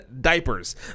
diapers